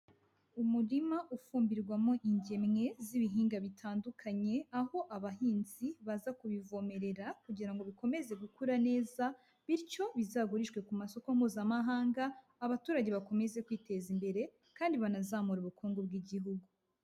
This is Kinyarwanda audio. Umurima ufumbirwamo ingemwe z'ibihinga bitandukanye aho abahinzi baza kubivomerera kugira ngo bikomeze gukura neza bityo bizagurishwe ku masoko mpuzamahanga, abaturage bakomeze kwiteza imbere kandi banazamura ubukungu bw'igihugu.